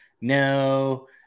no